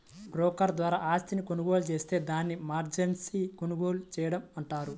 broker ద్వారా ఆస్తిని కొనుగోలు జేత్తే దాన్ని మార్జిన్పై కొనుగోలు చేయడం అంటారు